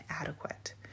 adequate